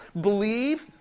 Believe